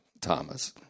Thomas